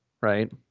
right